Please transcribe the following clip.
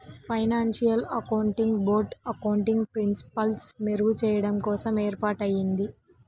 financial accounting board accounting ప్రిన్సిపల్స్ని మెరుగుచెయ్యడం కోసం ఏర్పాటయ్యింది